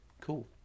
cool